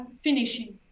finishing